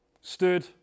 stood